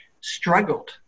struggled